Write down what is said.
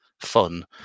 fun